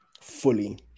fully